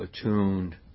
attuned